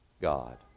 God